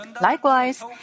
Likewise